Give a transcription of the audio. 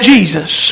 Jesus